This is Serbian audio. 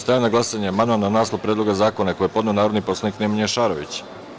Stavljam na glasanje amandman na naslov Predloga zakona koji je podneo narodni poslanik Nemanja Šarović.